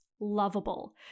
lovable